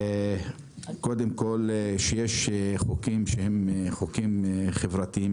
קודם כול כשיש חוקים שהם חוקים חברתיים,